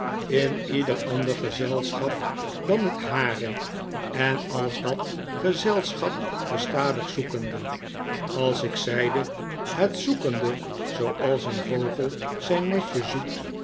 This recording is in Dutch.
in ieder ander gezelschap dan het hare en als dat gezelschap gestadig zoekende als ik zeide het zoekende zooals een vogel zyn nestje zoekt